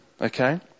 Okay